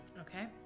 Okay